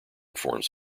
forms